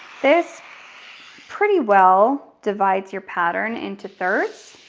this pretty well divides your pattern into thirds.